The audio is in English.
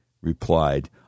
replied